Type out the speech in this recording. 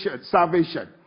salvation